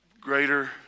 greater